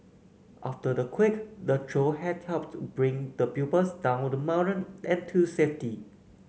after the quake the trio had helped bring the pupils down the mountain and to safety